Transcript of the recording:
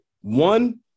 One